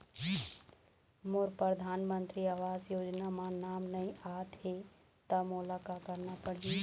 मोर परधानमंतरी आवास योजना म नाम नई आत हे त मोला का करना पड़ही?